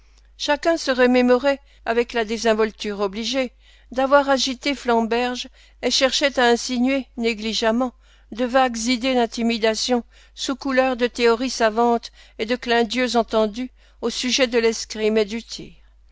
chacun se remémorait avec la désinvolture obligée d'avoir agité flamberge et cherchait à insinuer négligemment de vagues idées d'intimidation sous couleur de théories savantes et de clins d'yeux entendus au sujet de l'escrime et du tir